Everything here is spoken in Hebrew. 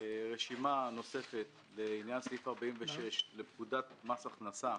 רשימה נוספת בעניין סעיף 46 לפקודת מס הכנסה,